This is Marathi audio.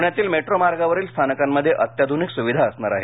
पुण्यातील मेट्रो मार्गावरील स्थानकांमध्ये अत्याधुनिक सुविधा असणार आहेत